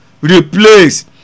replace